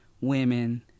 women